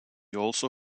also